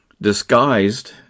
disguised